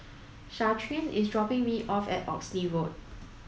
Shaquan is dropping me off at Oxley Road